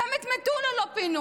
גם את מטולה לא פינו.